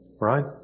Right